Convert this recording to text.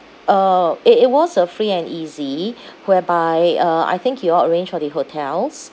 uh it it was a free and easy whereby uh I think you all arrange for the hotels